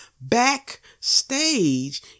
backstage